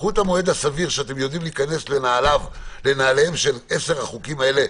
קחו את המועד הסביר שאתם יודעים להיכנס לנעליהם של עשרה החוקים האלה,